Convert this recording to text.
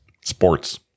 Sports